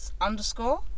underscore